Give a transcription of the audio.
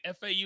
FAU